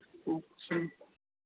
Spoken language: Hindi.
अच्छा